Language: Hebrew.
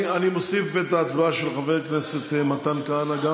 אני מוסיף גם את ההצבעה של חבר הכנסת מתן כהנא.